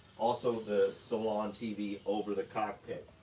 also the salon tv over the cockpit.